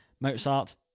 Mozart